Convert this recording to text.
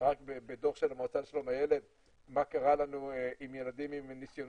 רק בדו"ח של המועצה לשלום הילד מה קרה לנו עם ילדים עם ניסיונות